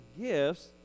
gifts